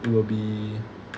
it will be